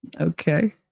Okay